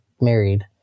married